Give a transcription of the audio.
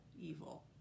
evil